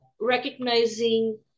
recognizing